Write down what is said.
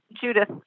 Judith